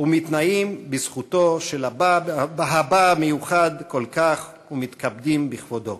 ומתנאים בזכותו של הבא המיוחד כל כך ומתכבדים בכבודו".